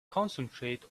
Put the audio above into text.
concentrate